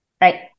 right